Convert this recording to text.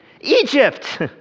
Egypt